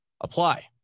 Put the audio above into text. apply